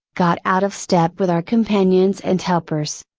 got out of step with our companions and helpers.